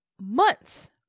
months